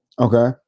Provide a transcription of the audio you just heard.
Okay